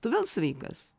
tu vėl sveikas